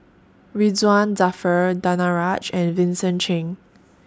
Ridzwan Dzafir Danaraj and Vincent Cheng